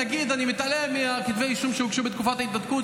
נגיד שאני מתעלם מכתבי האישום שהוגשו בתקופת ההתנתקות,